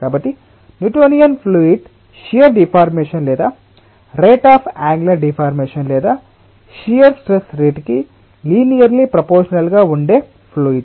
కాబట్టి Newtonian fluid shear deformation లేదా rate of angular deformation లేదా షియర్ స్ట్రెస్ రేట్ కి లీనియర్లి ప్రపోర్షనల్ గా ఉండే ఫ్లూయిడ్